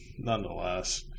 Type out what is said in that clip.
nonetheless